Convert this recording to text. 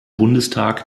bundestag